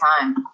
time